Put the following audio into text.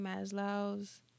Maslow's